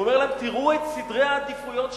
הוא אומר להם: תראו את סדרי העדיפויות שלכם.